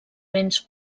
béns